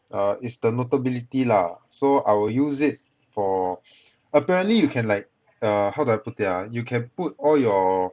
err is the notability lah so I will use it for apparently you can like err how do I put it ah you can put all your